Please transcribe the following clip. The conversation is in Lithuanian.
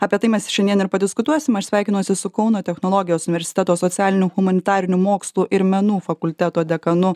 apie tai mes šiandien ir padiskutuosim aš sveikinuosi su kauno technologijos universiteto socialinių humanitarinių mokslų ir menų fakulteto dekanu